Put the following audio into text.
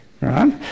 right